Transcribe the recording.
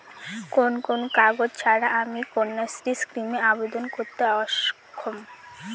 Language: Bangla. কোন কোন কাগজ ছাড়া আমি কন্যাশ্রী স্কিমে আবেদন করতে অক্ষম?